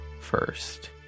first